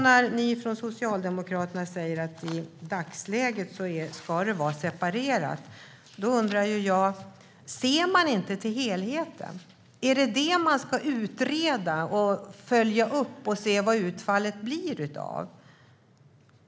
När Socialdemokraterna säger att det ska vara separerat i dagsläget undrar jag: Ser man inte till helheten? Är det detta man ska utreda och följa upp och se vad utfallet av det blir?